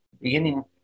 beginning